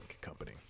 company